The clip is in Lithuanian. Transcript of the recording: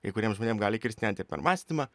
kai kuriem žmonėm gali kirst net ir per mąstymą